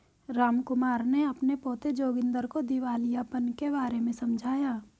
रामकुमार ने अपने पोते जोगिंदर को दिवालियापन के बारे में समझाया